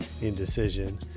indecision